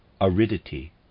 aridity